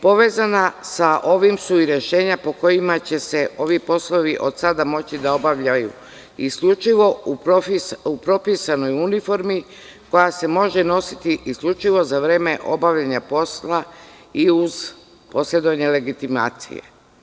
Povezana sa ovim su i rešenja po kojima će se ovi poslovi od sada moći da obavljaju isključivo u propisanoj uniformi koja se može nositi isključivo za vreme obavljanja posla i uz posedovanje legitimacije.